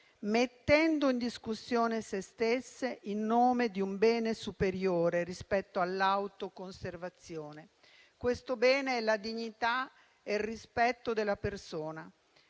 mettendo in discussione se stesse in nome di un bene superiore rispetto all'autoconservazione. Questo bene è la dignità, il rispetto della persona,